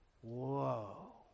Whoa